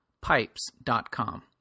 Pipes.com